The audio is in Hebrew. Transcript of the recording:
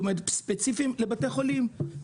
זאת אומרת, ספציפיים לבתי חולים.